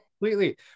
completely